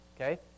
Okay